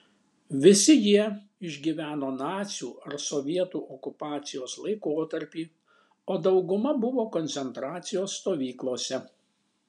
visi jie išgyveno nacių ar sovietų okupacijos laikotarpį o dauguma buvo koncentracijos stovyklose